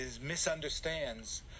misunderstands